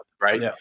right